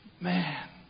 Man